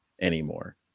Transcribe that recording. anymore